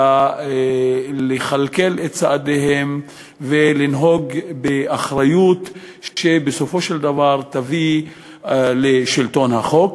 אלא לכלכל את צעדיהם ולנהוג באחריות שבסופו של דבר תביא לשלטון החוק,